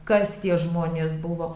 kas tie žmonės buvo